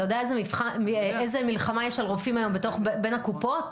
אתה יודע איזו מלחמה יש על רופאים היום בין הקופות?